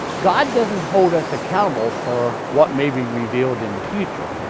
god doesn't hold us accountable for what may be revealed in the future.